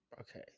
Okay